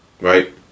Right